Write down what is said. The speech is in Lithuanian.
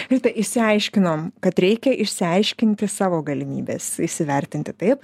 rita išsiaiškinom kad reikia išsiaiškinti savo galimybes įsivertinti taip